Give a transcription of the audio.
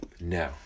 No